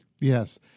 Yes